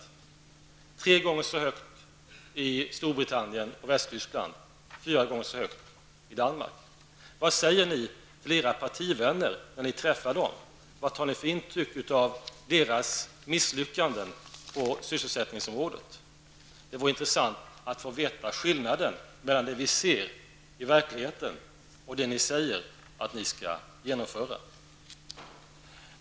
Den är tre gånger så hög i Storbritannien och Tyskland som i Sverige och fyra gånger så hög i Danmark. Vad säger ni till era partivänner i dessa länder när ni träffar dem? Vad tar ni för intryck av deras misslyckanden på sysselsättningsområdet? Det vore intressant att få veta skillnaden mellan det som vi ser i verkligheten och det som ni säger att ni skall genomföra.